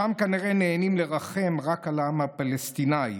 שם כנראה נהנים לרחם רק על העם הפלסטיני.